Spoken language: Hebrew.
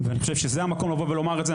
ואני חושב שזה המקום לבוא ולומר את זה.